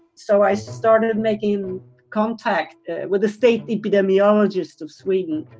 so i started making contact with the state epidemiologists of sweden,